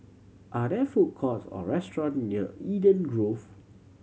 are there food courts or restaurant near Eden Grove